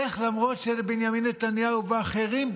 איך למרות שבנימין נתניהו ואחרים,